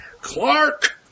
Clark